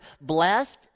blessed